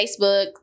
facebook